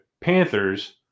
Panthers